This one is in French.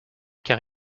car